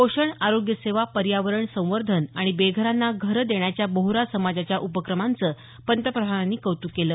पोषण आरोग्य सेवा पर्यावरण संवर्धन आणि बेघरांना घर देण्याच्या बोहरा समाजाच्या उपक्रमांचं पंतप्रधानांनी कौतुक केलं